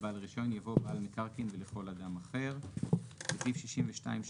במקום "סעיף קטן (8)" יבוא "סעיף קטן (9)".